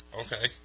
Okay